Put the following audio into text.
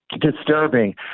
disturbing